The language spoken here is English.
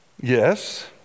Yes